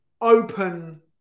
open